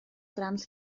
trams